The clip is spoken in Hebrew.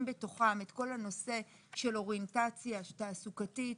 בתוכם את כל הנושא של אוריינטציה תעסוקתית,